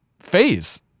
phase